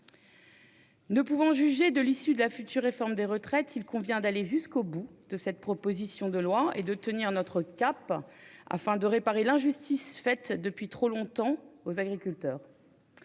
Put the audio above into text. Ne pouvant juger de l'issue de la future réforme des retraites, il convient d'aller au bout de cette proposition de loi et de tenir notre cap, afin de réparer l'injustice faite depuis trop longtemps aux agriculteurs.